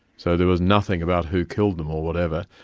so there was nothing about who killed them or whatever,